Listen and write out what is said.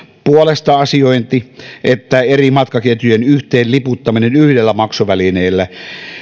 puolesta asiointi että eri matkaketjujen yhteen liputtaminen yhdellä maksuvälineellä